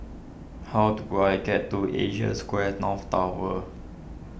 how do I get to Asia Square North Tower